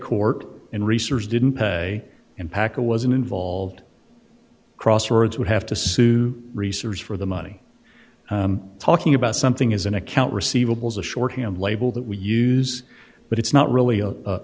court in research didn't pay and packer wasn't involved crosswords would have to sue researchers for the money talking about something is an account receivables a shorthand label that we use but it's not really